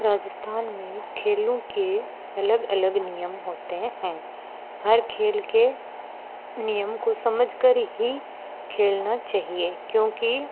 राजस्थान में खेलों के अलग अलग नियम होते हैं हर खेल के नियम को समझकर ही खेलना चाहिए क्योंकि